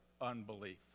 unbelief